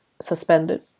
suspended